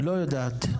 לא יודעת.